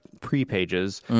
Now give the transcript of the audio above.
pre-pages